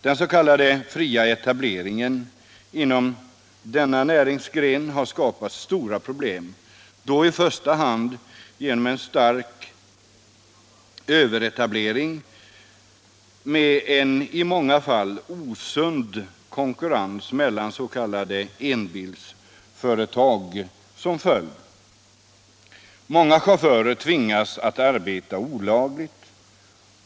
Den s.k. fria etableringen inom denna näringsgren har skapat stora problem, i första hand genom en stark överetablering med en i många fall osund konkurrens mellan s.k. enbilsföretag som följd. Många chaufförer tvingas att arbeta olagligt.